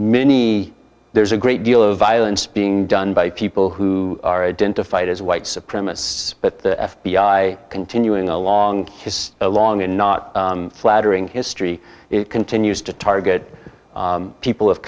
many there's a great deal of violence being done by people who are identified as white supremacists but the f b i continuing along has a long and not flattering history it continues to target people of